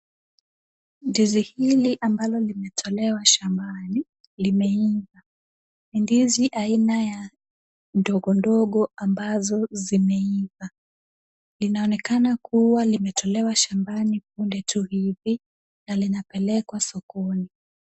Ndizi hili ambalo limetolewa shambani limeiva. Ni ndizi aina ya ndogo ndogo ambazo zimeiva. Linaonekana kuwa limetolewa shambani punde tu hivi na linapelekwa sokoni.